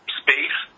space